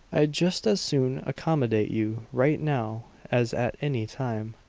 i'd just as soon accommodate you right now as at any time.